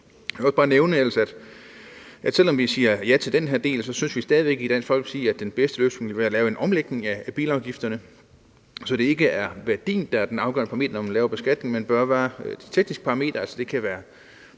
ellers også bare nævne, at vi, selv om vi siger ja til den her del, i Dansk Folkeparti stadig væk synes, at den bedste løsning ville være at lave en omlægning af bilafgifterne, så det ikke er værdien, der er det afgørende, når man laver beskatningen, men at det bør være de tekniske parametre. Det kan være,